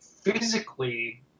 physically